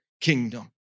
kingdom